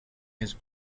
his